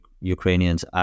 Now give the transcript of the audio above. Ukrainians